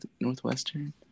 Northwestern